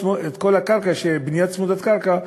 בנייה צמודת-קרקע,